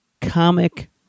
comic